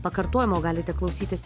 pakartojimo galite klausytis